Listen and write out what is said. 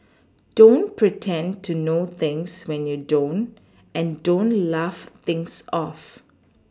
don't pretend to know things when you don't and don't laugh things off